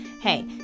hey